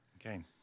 Okay